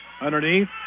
Underneath